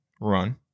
Run